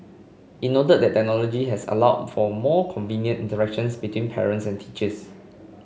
it noted that the technology has allowed for more convenient interactions between parents and teachers